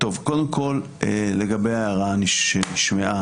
קודם כול, לגבי ההערה שנשמעה